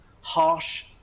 harsh